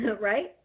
Right